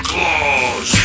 Claus